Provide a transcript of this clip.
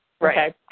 Right